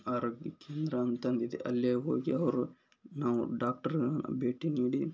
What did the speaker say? ಆರೋಗ್ಯ ಕೇಂದ್ರ ಅಂತಂದು ಇದೆ ಅಲ್ಲೇ ಹೋಗಿ ಅವರು ನಾವು ಡಾಕ್ಟ್ರ್ ಭೇಟಿ ನೀಡಿ